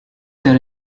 there